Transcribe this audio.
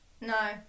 No